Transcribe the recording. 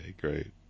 great